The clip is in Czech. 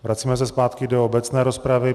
Vracíme se zpátky do obecné rozpravy.